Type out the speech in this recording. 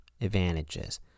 advantages